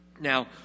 Now